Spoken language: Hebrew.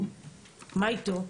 מה איתו?